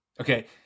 Okay